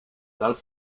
dal